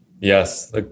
Yes